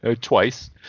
twice